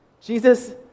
Jesus